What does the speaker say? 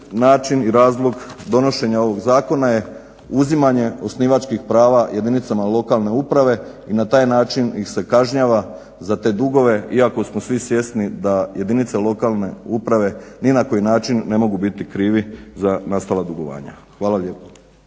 način i razlog donošenja ovog zakona je uzimanje osnivačkih prava jedinicama lokalne uprave i na taj način ih se kažnjava za te dugove iako smo svi svjesni da jedinice lokalne uprave ni na koji način ne mogu biti krivi za nastala dugovanja. Hvala lijepa.